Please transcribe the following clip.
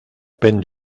peine